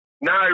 No